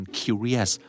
curious